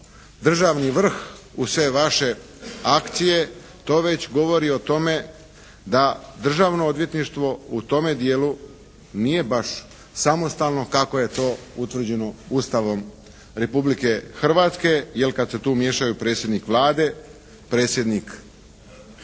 državni vrh u sve vaše akcije to već govori o tome da Državno odvjetništvo u tome dijelu nije baš samostalno kako je to utvrđeno Ustavom Republike Hrvatske, jer kad se tu miješaju predsjednik Vlade, predsjednik Republike